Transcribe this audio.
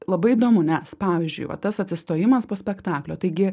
labai įdomu nes pavyzdžiui va tas atsistojimas po spektaklio taigi